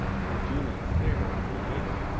lord julian stared at him bewildered.